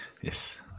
Yes